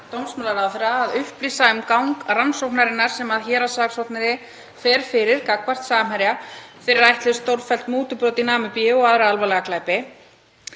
dómsmálaráðherra að upplýsa um gang rannsóknarinnar sem héraðssaksóknari fer fyrir gagnvart Samherja fyrir ætluð stórfelld mútubrot í Namibíu og aðra alvarlega glæpi.